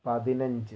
പതിനഞ്ച്